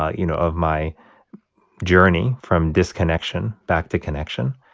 ah you know, of my journey from disconnection back to connection.